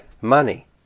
money